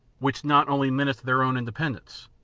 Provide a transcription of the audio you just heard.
which not only menaced their own independence,